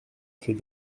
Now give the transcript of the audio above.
fait